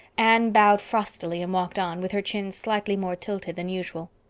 anne bowed frostily and walked on, with her chin slightly more tilted than usual.